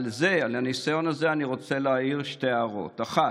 על סמך הניסיון הזה אני רוצה להעיר שתי הערות: האחת,